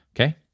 okay